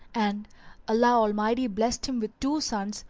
and allah almighty blessed him with two sons,